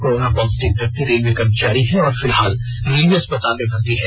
corona positive व्यक्ति railway कर्मचारी है और फिलहाल रेलवे अस्पताल में भर्ती है